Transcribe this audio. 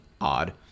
odd